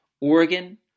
Oregon